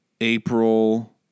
April